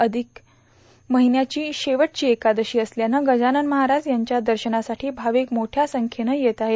अधिक महिन्याची शेवटची एकादशी असल्यानं गजानन महाराज यांच्या दर्शनासाठी भाविक मोठ्या संख्येनं येत आहेत